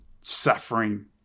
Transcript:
suffering